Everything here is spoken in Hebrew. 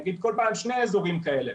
בכל פעם שני אזורים כאלה,